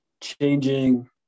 changing